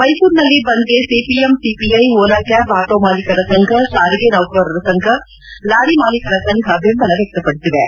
ಮೈಸೂರಿನಲ್ಲಿ ಬಂದ್ಗೆ CPM CPI Ola cab auto ಮಾಲೀಕರ ಸಂಘ ಸಾರಿಗೆ ನೌಕರರ ಸಂಘ ಲಾರಿ ಮಾಲೀಕರ ಸಂಘ ಬೆಂಬಲ ವ್ಯಕ್ತಪಡಿಸಿವೆ